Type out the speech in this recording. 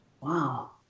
Wow